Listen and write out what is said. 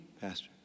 Pastor